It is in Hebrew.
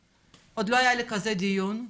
עוד לא היה לי כזה דיון,